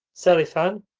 selifan,